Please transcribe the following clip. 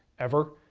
ever.